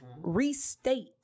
restate